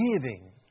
giving